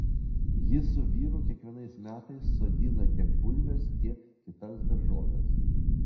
ji su vyru kiekvienais metais sodina tek bulves tiek kitas daržoves